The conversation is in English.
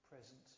present